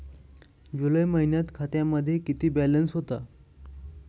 जुलै महिन्यात खात्यामध्ये किती बॅलन्स होता?